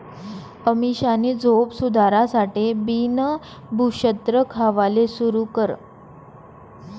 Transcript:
अमीषानी झोप सुधारासाठे बिन भुक्षत्र खावाले सुरू कर